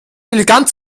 elegant